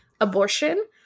abortion